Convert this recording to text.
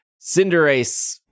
Cinderace